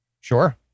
Sure